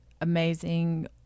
amazing